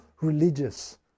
religious